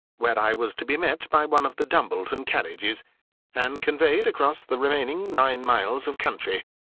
where i was to be met by one of the dumbleton carriages and conveyed across the remaining nine miles of country.